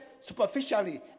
superficially